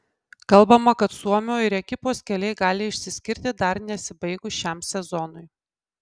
kalbama kad suomio ir ekipos keliai gali išsiskirti dar nesibaigus šiam sezonui